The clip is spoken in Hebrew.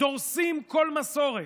דורסים כל מסורת.